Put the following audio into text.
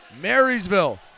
Marysville